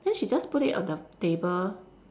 then she just put it on the table